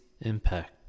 impact